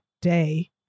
day